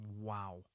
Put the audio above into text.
Wow